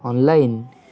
online